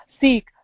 seek